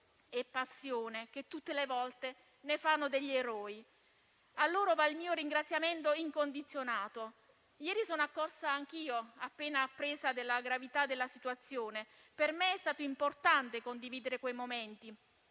e passione, che tutte le volte ne fanno degli eroi. A loro va il mio ringraziamento incondizionato. Ieri sono accorsa anch'io, appena appreso della gravità della situazione. Per me è stato importante condividere quei momenti,